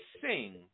sing